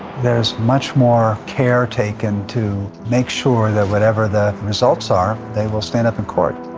there is much more care taken to make sure that whatever the results are, they will stand up in court.